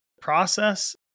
process